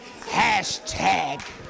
hashtag